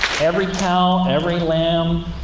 every cow, every lamb,